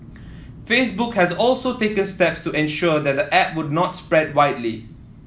Facebook has also taken steps to ensure that the app would not spread widely